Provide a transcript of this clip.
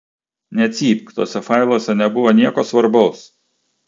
necypk tuose failuose nebuvo nieko svarbaus